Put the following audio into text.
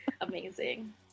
Amazing